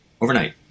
overnight